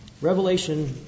Revelation